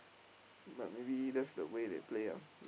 but maybe that's the way they play ah